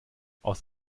aus